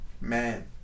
man